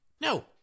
no